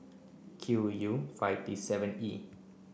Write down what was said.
Q U five T seven E